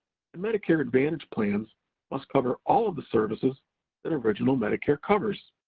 and medicare advantage plans must cover all of the services that original medicare covers.